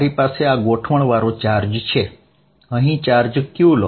મારી પાસે આ ગોઠવણવાળો ચાર્જ અહીં છે અહીં ચાર્જ Q છે